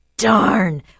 darn